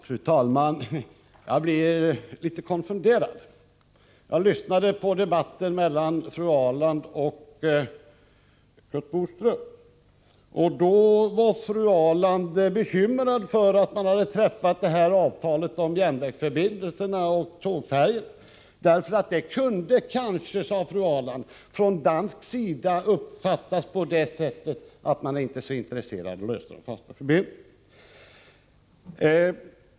Fru talman! Jag blir litet konfunderad. Jag lyssnade på debatten mellan fru Ahrland och Curt Boström, och då var fru Ahrland bekymrad för att man hade träffat avtalet om järnvägsförbindelserna och tågfärjorna. Det kunde kanske, sade fru Ahrland, från dansk sida uppfattas på det sättet att man inte är så intresserad av att lösa frågan om de fasta förbindelserna.